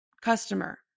customer